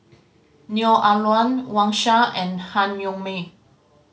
Neo Ah Luan Wang Sha and Han Yong May